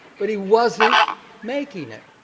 but he wasn't making it.